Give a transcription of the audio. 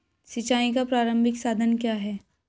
सिंचाई का प्रारंभिक साधन क्या है?